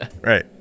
Right